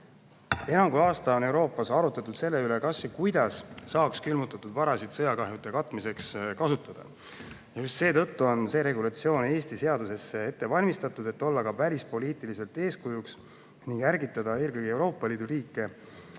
Ena kui aasta on Euroopas arutatud selle üle, kas ja [kui, siis] kuidas saaks külmutatud varasid sõjakahjude katmiseks kasutada. Ja just seetõttu on see regulatsioon Eesti seadusesse lülitamiseks ette valmistatud, et olla välispoliitiliselt eeskujuks ning ärgitada eelkõige Euroopa Liidu riike,